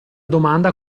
domanda